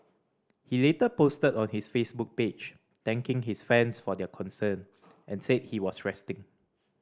he later posted on his Facebook page thanking his fans for their concern and said he was resting